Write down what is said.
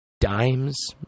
dimes